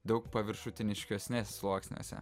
daug paviršutiniškesniuose sluoksniuose